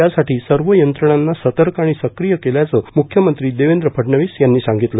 त्यासाठी सर्व यंत्रणांना सतर्क आणि सक्रिय केल्याच म्ख्यमंत्री देवेंद्र फडणवीस यांनी सांगितले